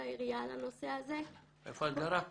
לגבי הדרישות שאנחנו מקשיחים מהנהגים,